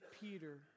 Peter